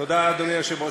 תודה, אדוני היושב-ראש.